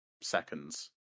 seconds